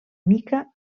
mica